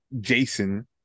jason